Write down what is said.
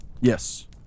Yes